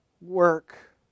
work